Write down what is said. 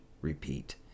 repeat